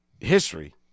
history